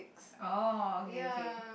orh okay okay